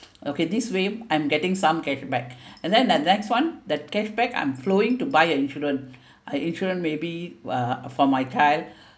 okay this way I'm getting some cashback and then the next one the cashback I'm flowing to buy an insurance uh insurance maybe uh for my child